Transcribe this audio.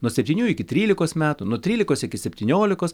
nuo septynių iki trylikos metų nuo trylikos iki septyniolikos